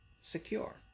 secure